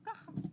ככה.